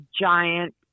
giant